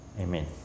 Amen